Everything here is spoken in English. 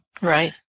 Right